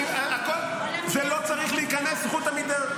זה לא צריך להיכנס, זכות עמידה.